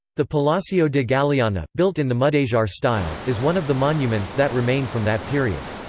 the palacio de galiana, built in the mudejar style, is one of the monuments that remain from that period.